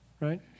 right